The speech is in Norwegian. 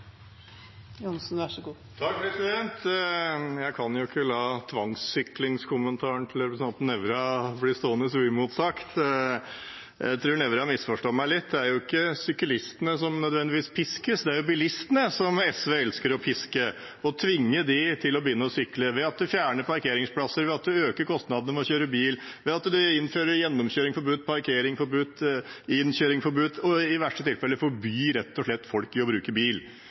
Nævra bli stående uimotsagt. Jeg tror Nævra misforstår meg litt. Det er jo ikke nødvendigvis syklistene som piskes, det er bilistene SV elsker å piske og tvinge til å begynne å sykle ved at man fjerner parkeringsplasser, ved at man øker kostnadene med å kjøre bil, ved at man innfører gjennomkjøring forbudt, parkering forbudt og innkjøring forbudt, og i verste fall rett og slett forbyr folk å bruke bil.